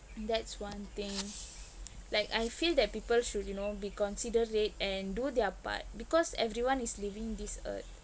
that's one thing like I feel that people should you know be considerate and do their part because everyone is living this earth